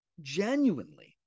genuinely